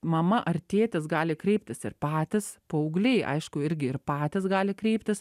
mama ar tėtis gali kreiptis ir patys paaugliai aišku irgi ir patys gali kreiptis